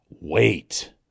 Wait